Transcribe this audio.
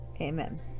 amen